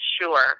Sure